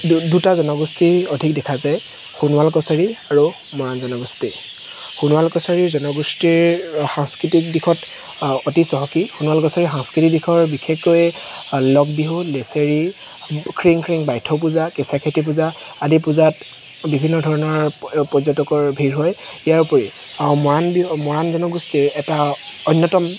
দু দুটা জনগোষ্ঠী অধিক আছে সোণোৱাল কছাৰী আৰু মৰাণ জনগোষ্ঠী সোণোৱাল কছাৰী জনগোষ্ঠীৰ সাংস্কৃতিক দিশত অতি চহকী সোণোৱাল কছাৰী সাংস্কৃতিক দিশৰ বিশেষকৈ লগ বিহু লেছেৰি খিৰিং খিৰিং বাইথ' পূজা কেঁচাইখাইতী পূজা আদি পূজাত বিভিন্ন ধৰণৰ প পৰ্যটকৰ ভিৰ হয় ইয়াৰ উপৰি মৰাণ বিহু মৰাণ জনগোষ্ঠীৰ এটা অন্যতম